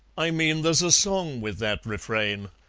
i mean there's a song with that refrain,